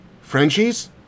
Frenchies